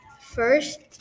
first